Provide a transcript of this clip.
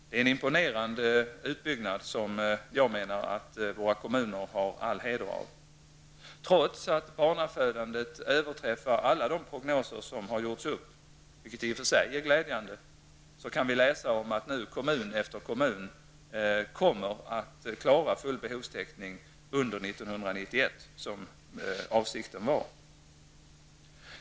Det är en imponerande utbyggnad, som jag menar att våra kommuner har all heder av. Trots att barnafödandet överträffar alla de prognoser som har gjorts upp -- vilket i och för sig är glädjande -- kan vi nu läsa om att kommun efter kommun kommer att klara full behovstäckning under 1991, som avsikten var.